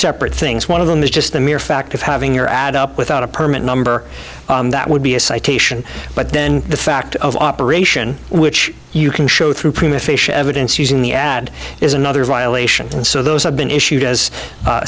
separate things one of them is just the mere fact of having your ad up without a permit number that would be a citation but then the fact of operation which you can show through prima facia evidence using the ad is another violation and so those have been issued as